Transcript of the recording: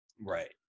right